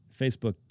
Facebook